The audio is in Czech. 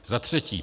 Za třetí.